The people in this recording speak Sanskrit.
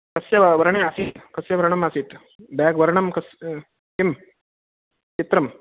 कस्य वर्णे आसीत् कस्य वर्णम् आसीत् बेग् वर्णं कस् किम् चित्रं